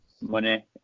money